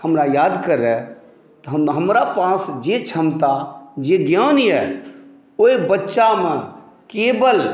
हमरा याद करए हमरा पास जे क्षमता जे ज्ञान अइ ओहि बच्चामे केवल